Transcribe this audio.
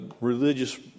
religious